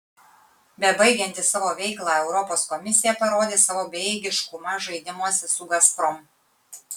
bebaigianti savo veiklą europos komisija parodė savo bejėgiškumą žaidimuose su gazprom